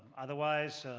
otherwise,